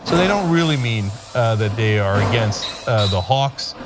so they don't really mean that they are against the hawks,